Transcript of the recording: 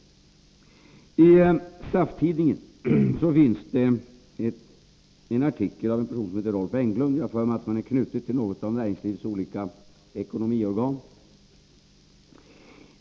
I SAF-tidningen finns det en artikel av en person som heter Rolf Englund — jag har för mig att han är knuten till något av näringslivets olika ekonomiorgan.